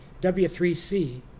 W3C